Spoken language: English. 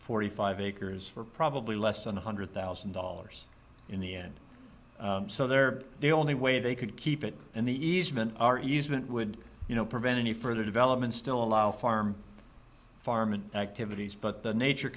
forty five acres for probably less than one hundred thousand dollars in the end so they're the only way they could keep it and the easement are easement would you know prevent any further development still allow farm farming activities but the nature